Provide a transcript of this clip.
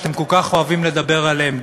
שאתם כל כך אוהבים לדבר עליהם,